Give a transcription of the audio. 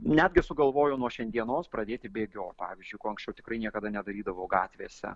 netgi sugalvojau nuo šiandienos pradėti bėgiot pavyzdžiui ko anksčiau tikrai niekada nedarydavau gatvėse